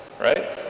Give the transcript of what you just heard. right